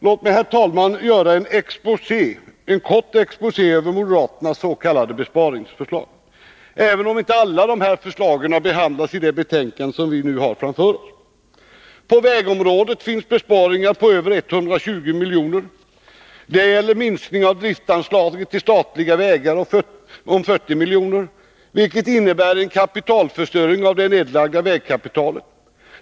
Låt mig, herr talman, göra en kort exposé över moderaternas s.k. besparingsförslag, även om inte alla förslagen har behandlats i det betänkande som vi nu har framför oss. På vägområdet föreslås besparingar på över 120 milj.kr. Det gäller en minskning av driftanslaget till statliga vägar om 40 milj.kr., vilket innebär en kapitalförstöring av det nedlagda vägkapitalet.